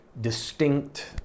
distinct